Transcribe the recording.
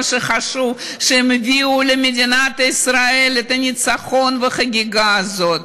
חשוב שהם הביאו למדינת ישראל את הניצחון והחגיגה הזאת.